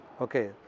Okay